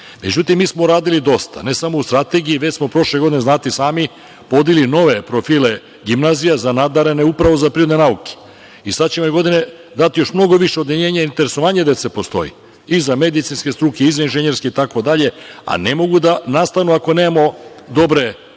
Međutim, mi smo uradili dosta, ne samo u strategiji, već smo prošle godine, znate i sami, podigli nove profile gimnazija za nadarene upravo za prirodne nauke. Sada ćemo ove godine dati još mnogo više odeljenja i interesovanje dece postoji i za medicinske struke i za inženjerske itd, a ne mogu da nastanu ako nemamo dobre nastavne